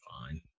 fine